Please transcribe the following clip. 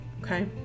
okay